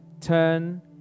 turn